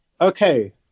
okay